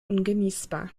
ungenießbar